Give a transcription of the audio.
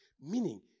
Meaning